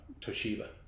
Toshiba